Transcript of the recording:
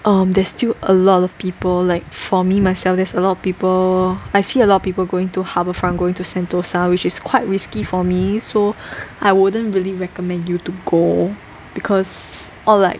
um there's still a lot of people like for me myself there's a lot of people I see a lot of people going to Harbourfront going to Sentosa which is quite risky for me so I wouldn't really recommend you to go because or like